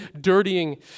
dirtying